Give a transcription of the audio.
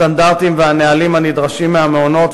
הסטנדרטים והנהלים הנדרשים מהמעונות,